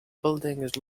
buildings